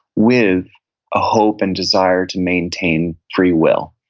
with a hope and desire to maintain free will,